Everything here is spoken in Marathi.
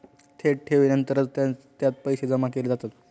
थेट ठेवीनंतरच त्यात पैसे जमा केले जातात